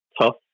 tough